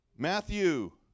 Matthew